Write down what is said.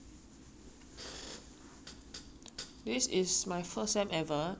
this is my first sem ever that I have project for all my five modules